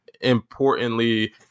importantly